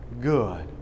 good